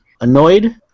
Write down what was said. Annoyed